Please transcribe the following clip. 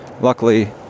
Luckily